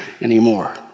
anymore